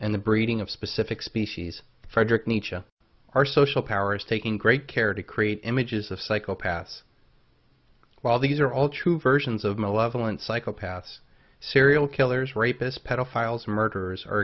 and the breeding of specific species fredericton each of our social powers taking great care to create images of psychopaths well these are all true versions of malevolent psychopaths serial killers rapists pedophiles murderers are